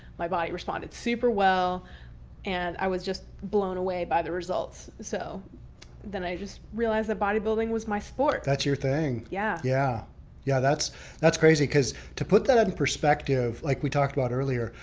my body responded super well and i was just blown away by the results. so then i just realized that bodybuilding was my sport. that's your thing. yeah, yeah yeah that's that's crazy because to put that in perspective, like we talked about earlier,